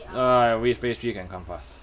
uh I wish phase three can come fast